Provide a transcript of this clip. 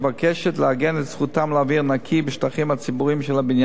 ומבקשת לעגן את זכותם לאוויר נקי בשטחים הציבוריים של הבניין.